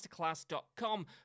masterclass.com